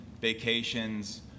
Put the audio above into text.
vacations